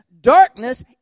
darkness